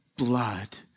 blood